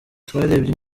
twarebye